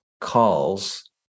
calls